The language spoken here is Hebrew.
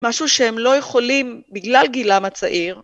משהו שהם לא יכולים בגלל גילם הצעיר.